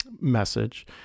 message